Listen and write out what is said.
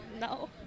No